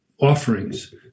offerings